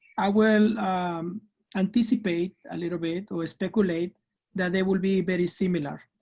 i will anticipate a little bit or speculate that they will be very similar.